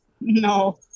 No